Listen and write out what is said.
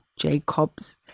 Jacobs